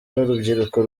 n’urubyiruko